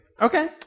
Okay